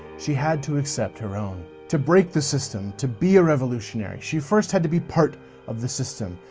she had to accept her own. to break the system, to be a revolutionary, she first had to be part of the system,